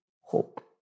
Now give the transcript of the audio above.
hope